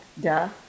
Duh